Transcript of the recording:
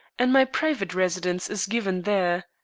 and my private residence is given there.